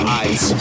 eyes